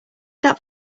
that